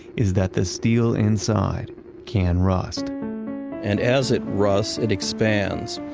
is that the steel inside can rust and as it rusts, it expands.